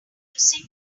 using